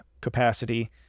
capacity